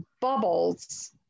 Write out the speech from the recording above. bubbles